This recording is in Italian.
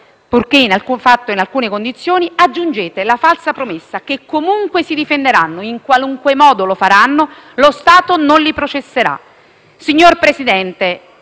purché in presenza di alcune condizioni, aggiungete la falsa promessa che, comunque si difenderanno, in qualunque modo lo faranno, lo Stato non li processerà.